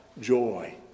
joy